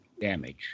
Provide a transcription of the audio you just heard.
damage